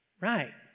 Right